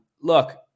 Look